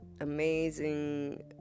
amazing